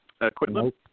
equipment